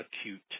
acute